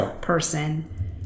person